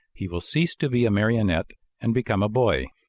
he will cease to be a marionette and become a boy.